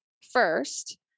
first